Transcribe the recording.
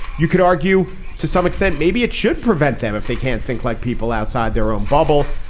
you could argue to some extent maybe it should prevent them if they can't think like people outside their own bubble.